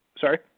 sorry